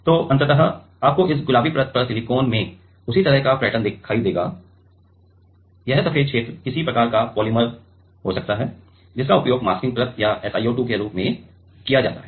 तो अंततः आपको इस गुलाबी परत पर सिलिकॉन में उसी तरह का पैटर्न देखना चाहिए यह सफेद क्षेत्र किसी प्रकार का पॉलीमर हो सकता है जिसका उपयोग मास्किंग परत या SiO2 के रूप में किया जाता है